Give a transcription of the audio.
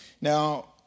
Now